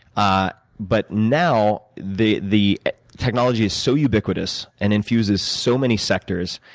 ah but now, the the technology is so ubiquitous, and infuses so many sectors,